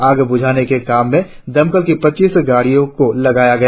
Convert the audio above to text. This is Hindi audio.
आग बुझाने के काम में दमकल की पच्चीस गाड़ियों को लगाया गया